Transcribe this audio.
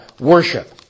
worship